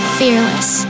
fearless